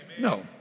No